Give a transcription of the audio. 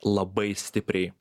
labai stipriai